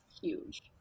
huge